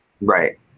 Right